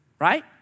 right